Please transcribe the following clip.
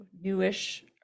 newish